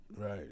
Right